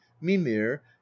mimir